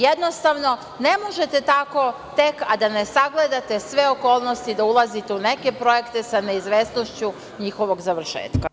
Jednostavno ne možete tako tek a da ne sagledate sve okolnosti da ulazite u neke projekte sa neizvesnošću njihovog završetka.